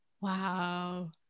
Wow